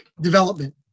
development